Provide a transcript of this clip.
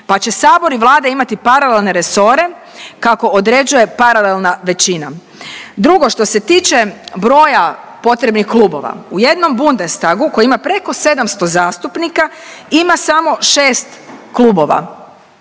Pa će sabor i Vlada imati paralelne resore kako određuje paralelna većina. Drugo, što se tiče broja potrebnih klubova. U jednom Bundestagu, koji ima preko 700 zastupnika, ima samo 6 klubova.